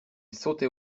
sautait